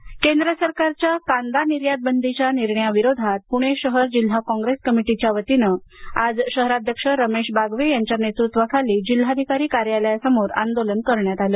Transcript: आंदोलन केंद्र सरकारच्या कांदा निर्यातबंदीच्या निर्णयाविरोधात पूणे शहर जिल्हा काँप्रेस कमिटीच्या वतीने आज शहराध्यक्ष रमेश बागवे यांच्या नेतृत्वाखाली जिल्हाधिकारी कार्यालयासमोर आंदोलन करण्यात आलं